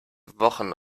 wochen